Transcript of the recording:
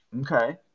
Okay